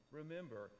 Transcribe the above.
remember